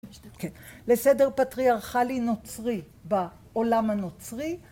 לסדר פטריארכלי נוצרי בעולם הנוצרי